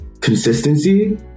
consistency